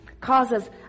causes